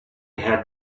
had